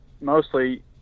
mostly